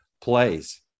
plays